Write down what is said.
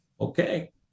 okay